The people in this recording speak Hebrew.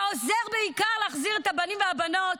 שעוזר בעיקר להחזיר את הבנים והבנות,